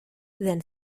then